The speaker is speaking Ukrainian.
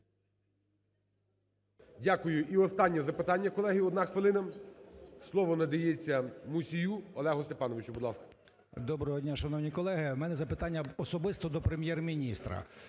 Дякую. І останнє запитання, колеги, 1 хвилина. Слово надається Мусію Олегу Степановичу, будь ласка. 10:59:32 МУСІЙ О.С. Доброго дня, шановні колеги. У мене запитання особисто до Прем’єр-міністра.